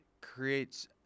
creates